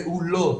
פעולות,